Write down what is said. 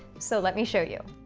so let me show you.